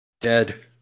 Dead